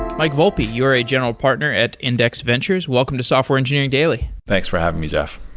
mike volpi, you are a general partner at index ventures, welcome to software engineering daily thanks for having me, jeff.